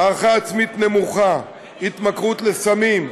הערכה עצמית נמוכה, התמכרות לסמים,